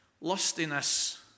Lustiness